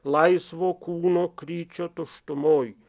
laisvo kūno kryčio tuštumoj